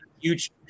huge